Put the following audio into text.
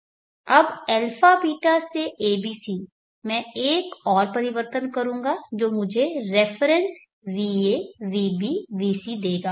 अब αβ से abc मैं एक और परिवर्तन करूंगा जो मुझे रेफरेन्स va vb vc देगा